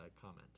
comment